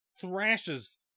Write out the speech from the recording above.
thrashes